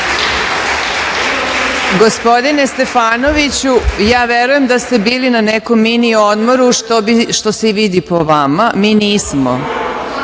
Gospodine ministre, ja verujem da ste bili na nekom mini odmoru, što se i vidi po vama, mi nismo.